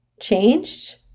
changed